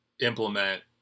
implement